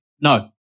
no